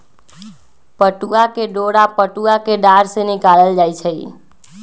पटूआ के डोरा पटूआ कें डार से निकालल जाइ छइ